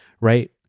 right